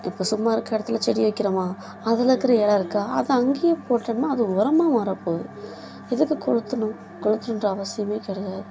இப்போ சும்மா இருக்கற இடத்துல செடி வைக்கிறோமா அது இருக்கிற இல இருக்கா அதை அங்கே போட்டோம்ன்னா அது உரமா மாற போகுது எதுக்கு கொளுத்தணும் கொளுத்தணுன்ற அவசியமே கிடையாது